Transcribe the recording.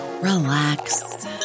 relax